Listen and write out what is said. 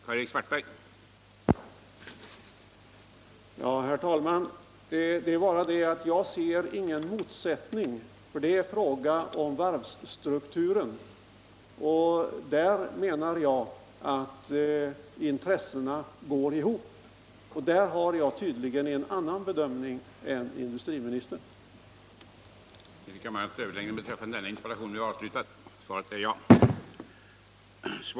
Herr talman! Jag ser inte någon motsättning mellan dessa perspektiv. Vad Fredagen den det gäller är frågan om varvsstrukturen, och i det avseendet menar jag att 17 november 1978 intressena går ihop.